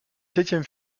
septième